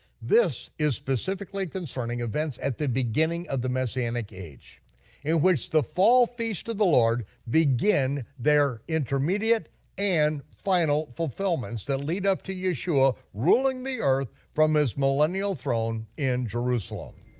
this is specifically concerning events at the beginning of the messianic age in which the fall feast of the lord begin their intermediate and final fulfillments that lead up to yeshua ruling the earth from his millennial throne in jerusalem.